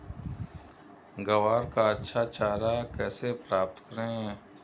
ग्वार का अच्छा चारा कैसे प्राप्त करें?